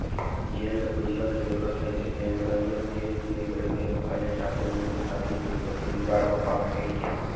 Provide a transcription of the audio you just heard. जेन ल पइसा के जरूरत रहिथे तेन ह जउन निवेस बेंक रहिथे ओखर ले जाके मिलथे ताकि पइसा के जुगाड़ हो पावय कहिके